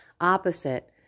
opposite